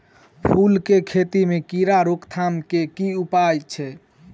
फूल केँ खेती मे कीड़ा रोकथाम केँ की उपाय छै?